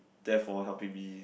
therefore helping me